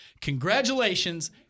congratulations